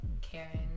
Karen